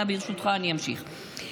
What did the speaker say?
ברשותך, אני אמשיך.